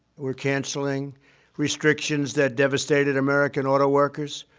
we're cancelling restrictions that devastated american autoworkers.